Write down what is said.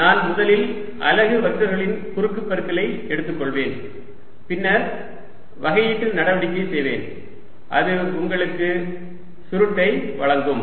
நான் முதலில் அலகு வெக்டர்களின் குறுக்குப்பெருக்கலை எடுத்துக்கொள்வேன் பின்னர் வகையீட்டு நடவடிக்கை செய்வேன் அது உங்களுக்கு சுருட்டை வழங்கும்